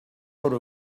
vote